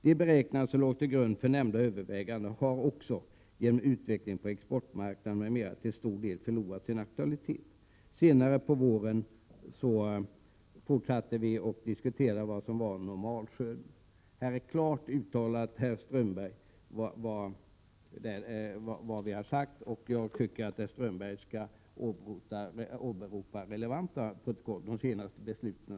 De beräkningar som låg till grund för nämnda överväganden har också, genom utvecklingen på exportmarknaden m.m., till stor del förlorat sin aktualitet.” Senare på våren fortsatte vi att diskutera vad som var normalskörd. Här är klart uttalat, herr Strömberg, vad vi har sagt. Jag tycker att herr Strömberg skall åberopa relevanta protokoll och de senaste besluten.